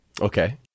Okay